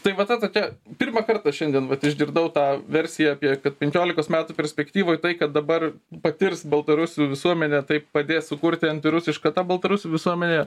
tai va ta tokia pirmą kartą šiandien išgirdau tą versiją apie penkiolikos metų perspektyvoj tai kad dabar patirs baltarusių visuomenė tai padės sukurti antirusiška ta baltarusių visuomenė